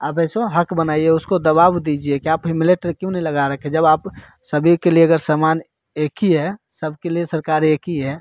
आप ऐसा हक बनाइए उसको दबाव दीजिए कि आप हेलमेट क्यों नहीं लगा रखे हैं जब आप सभी के लिए अगर समान एक ही है सबके लिए सरकार एक ही है